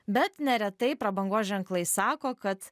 bet neretai prabangos ženklai sako kad